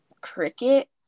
Cricket